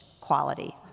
quality